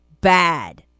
Bad